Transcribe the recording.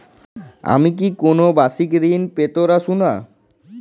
আমি কি কোন বাষিক ঋন পেতরাশুনা?